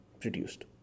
produced